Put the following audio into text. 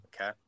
okay